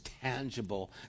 tangible